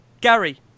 Gary